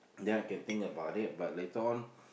ya I can think about it but later on